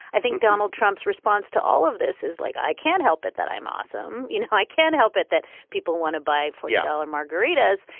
i think donald trump's response to all of this is like i can't help it that i'm awesome. you know i can't help it that people want to buy for yeah um margaritas.